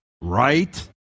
right